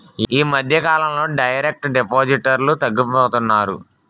ఈ మధ్యకాలంలో డైరెక్ట్ డిపాజిటర్లు తగ్గిపోతున్నారు